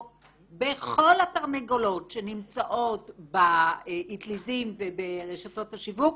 בכל התרנגולות שנמצאות באטליזים וברשתות השיווק,